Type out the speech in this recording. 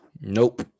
Nope